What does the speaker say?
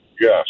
Yes